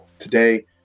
today